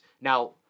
Now